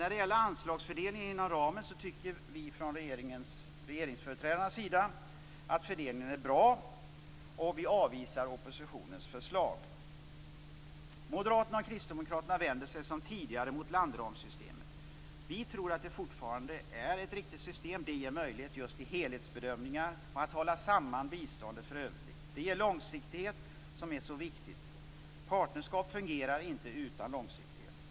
När det gäller anslagsfördelningen inom ramen tycker vi från regeringsföreträdarnas sida att fördelningen är bra, och vi avvisar oppositionens förslag. Moderaterna och kristdemokraterna vänder sig som tidigare mot landramssystemet. Vi tror att det fortfarande är ett riktigt system. Det ger möjligheter till helhetsbedömningar och till sammanhållande av biståndet för överblick. Det ger den långsiktighet som är så viktig - partnerskap fungerar inte utan långsiktighet.